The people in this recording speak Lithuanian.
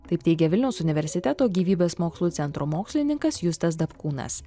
taip teigia vilniaus universiteto gyvybės mokslų centro mokslininkas justas dapkūnas